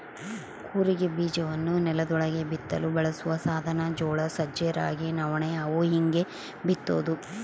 ಕೂರಿಗೆ ಬೀಜವನ್ನು ನೆಲದೊಳಗೆ ಬಿತ್ತಲು ಬಳಸುವ ಸಾಧನ ಜೋಳ ಸಜ್ಜೆ ರಾಗಿ ನವಣೆ ಅವು ಹೀಗೇ ಬಿತ್ತೋದು